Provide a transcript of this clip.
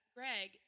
Greg